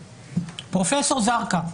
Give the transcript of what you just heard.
פרופ' זרקא,